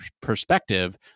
perspective